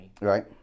right